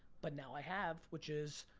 but now i have, which is,